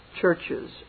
churches